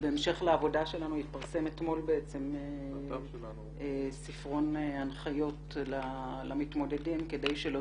ובהמשך לעבודה שלנו התפרסם אתמול ספרון הנחיות למתמודדים כדי שלא